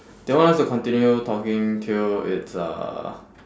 they want us to continue talking till it's uh